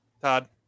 Todd